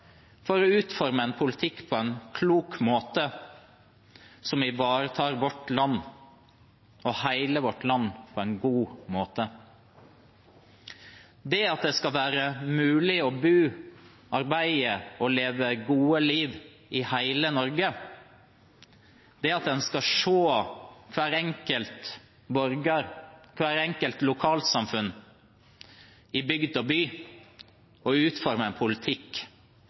for å utforme en politikk på en klok måte som ivaretar vårt land, og hele vårt land, på en god måte. Det handler om at det skal være mulig å bo, arbeide og leve gode liv i hele Norge, at en skal se hver enkelt borger, hvert enkelt lokalsamfunn i bygd og by og utforme en politikk